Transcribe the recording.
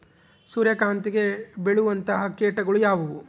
ಸೂರ್ಯಕಾಂತಿಗೆ ಬೇಳುವಂತಹ ಕೇಟಗಳು ಯಾವ್ಯಾವು?